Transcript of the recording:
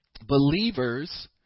Believers